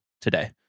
today